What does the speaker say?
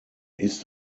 ist